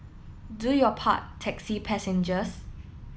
do your part taxi passengers